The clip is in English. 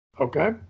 Okay